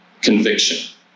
conviction